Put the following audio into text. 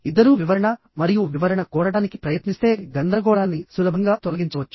ఇద్దరూ వివరణ మరియు వివరణ కోరడానికి ప్రయత్నిస్తే గందరగోళాన్ని సులభంగా తొలగించవచ్చు